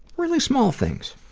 really small things.